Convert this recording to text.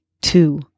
two